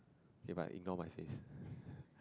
kay but ignore my face